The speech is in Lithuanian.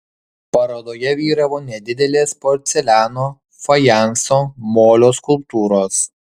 parodoje vyravo nedidelės porceliano fajanso molio skulptūros